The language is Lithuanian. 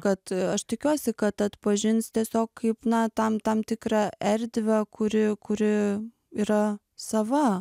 kad aš tikiuosi kad atpažins tiesiog kaip na tam tam tikrą erdvę kuri kuri yra sava